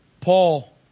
Paul